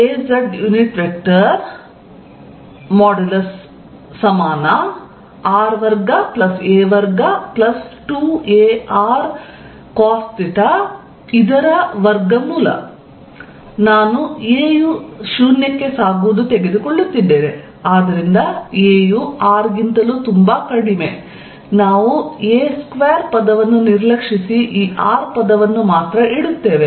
razr2a22arcosθ12 ನಾನು 'a ಯು 0 ಗೆ ಸಾಗುವುದು' ತೆಗೆದುಕೊಳ್ಳುತ್ತಿದ್ದೇನೆ ಆದ್ದರಿಂದ a ಯು r ಗಿಂತಲೂ ತುಂಬಾ ಕಡಿಮೆ ನಾವು a2 ಪದವನ್ನು ನಿರ್ಲಕ್ಷಿಸಿ ಈ r ಪದವನ್ನು ಮಾತ್ರ ಇಡುತ್ತೇವೆ